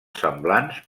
semblants